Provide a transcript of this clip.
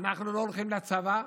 אנחנו לא הולכים לצבא.